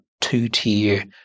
two-tier